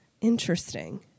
Interesting